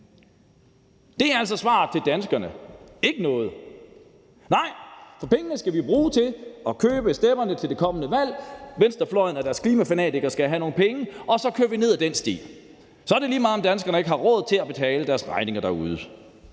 Det er altså svaret til danskerne: ikke noget. Nej, for pengene skal vi bruge til at købe stemmerne til det kommende valg. Venstrefløjen og deres klimafanatikere skal have nogle penge, og så kører vi ned ad den sti. Så er det lige meget, om danskerne derude ikke har råd til at betale deres regninger.